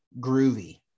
groovy